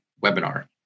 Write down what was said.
webinar